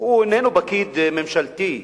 איננו פקיד ממשלתי,